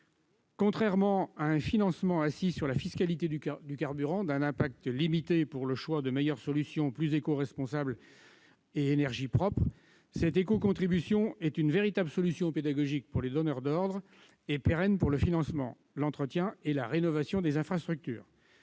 Contrairement à un financement assis sur la fiscalité du carburant, d'un impact limité pour le choix de meilleures solutions plus écoresponsables et tournées vers les énergies propres, cette éco-contribution est une véritable solution pédagogique pour les donneurs d'ordre et pérenne pour le financement, l'entretien et la rénovation des infrastructures.